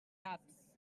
taps